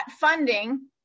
funding